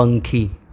પંખી